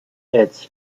its